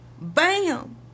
Bam